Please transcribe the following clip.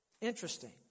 Interesting